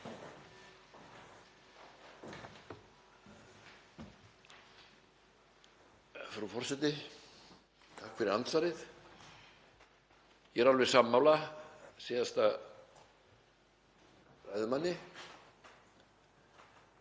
forseti. Takk fyrir andsvarið. Ég er alveg sammála síðasta ræðumanni.